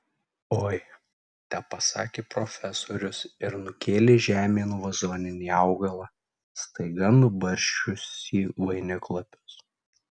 oi tepasakė profesorius ir nukėlė žemėn vazoninį augalą staiga nubarsčiusį vainiklapius